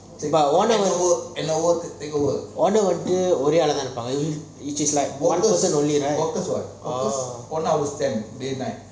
one hour ஒன்னு வந்து ஒரேய ஆளு தான் இருப்பாங்க:onu vantu orey aalu thaan irupanga which is like only one person will be there right